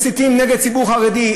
מסיתים נגד הציבור החרדי,